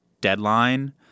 deadline